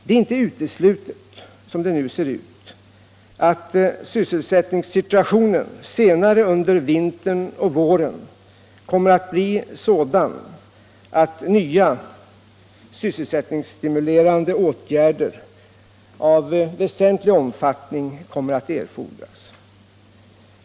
Det är, som det nu ser ut, inte uteslutet att sysselsättningssituationen senare under vintern och våren kommer att bli sådan att nya sysselsättningsstimulerande åtgärder av väsentlig omfattning kommer att erfordras.